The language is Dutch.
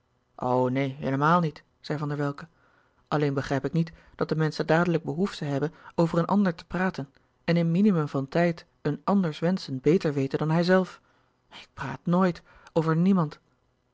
neen heelemaal niet zei van der welcke alleen begrijp ik niet dat de menschen dadelijk behoefte hebben over een ander te praten en in minimum van tijd een anders wenschen beter weten dan hijzelf ik praat nooit over niemand